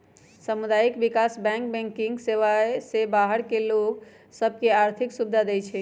सामुदायिक विकास bank banking व्यवस्था से बाहर के लोग सभ के आर्थिक सुभिधा देँइ छै